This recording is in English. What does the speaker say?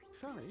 sorry